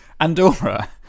Andorra